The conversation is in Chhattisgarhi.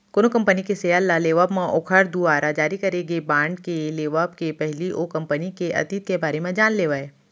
कोनो कंपनी के सेयर ल लेवब म ओखर दुवारा जारी करे गे बांड के लेवब के पहिली ओ कंपनी के अतीत के बारे म जान लेवय